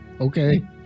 Okay